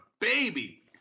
baby